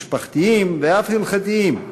משפחתיים ואף הלכתיים,